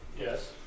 Yes